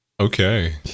Okay